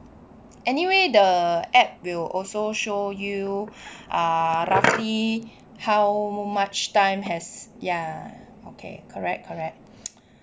anyway the app will also show you ah roughly how much time has ya okay correct correct